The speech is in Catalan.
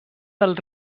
del